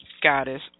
goddess